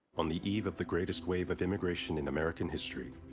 on the eve of the greatest wave of immigration in american history,